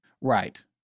Right